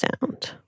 sound